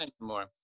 anymore